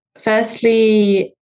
Firstly